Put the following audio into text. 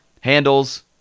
Handle's